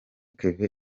kevin